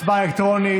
הצבעה אלקטרונית.